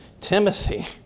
Timothy